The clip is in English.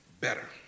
better